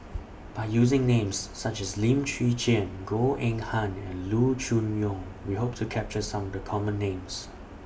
By using Names such as Lim Chwee Chian Goh Eng Han and Loo Choon Yong We Hope to capture Some of The Common Names